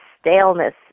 staleness